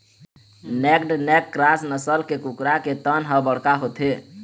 naked neck cross नसल के कुकरा के तन ह बड़का होथे